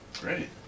Great